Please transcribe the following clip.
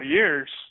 years